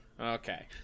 okay